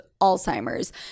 Alzheimer's